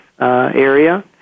area